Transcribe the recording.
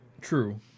True